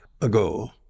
ago